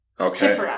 Okay